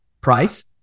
price